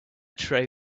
tray